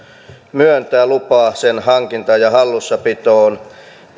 myöntää kummallekaan kouluampujalle lupaa kyseisen aseen hankintaan ja hallussapitoon